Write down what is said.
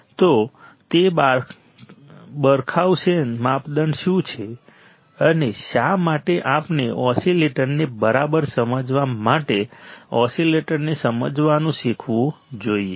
તો તે બરખાઉસેન માપદંડ શું છે અને શા માટે આપણે ઓસીલેટરને બરાબર સમજવા માટે ઓસીલેટરને સમજવાનું શીખવું જોઈએ